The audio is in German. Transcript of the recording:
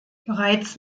bereits